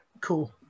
cool